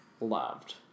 loved